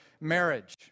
marriage